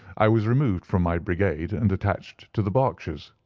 i was removed from my brigade and attached to the berkshires,